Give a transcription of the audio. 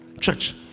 Church